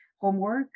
homework